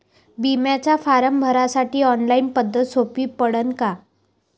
बिम्याचा फारम भरासाठी ऑनलाईन पद्धत सोपी पडन का?